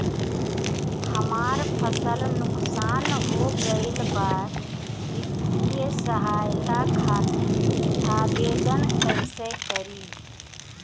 हमार फसल नुकसान हो गईल बा वित्तिय सहायता खातिर आवेदन कइसे करी?